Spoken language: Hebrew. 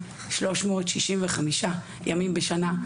365 ימים בשנה,